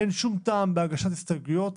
אין שום טעם בהגשת הסתייגויות,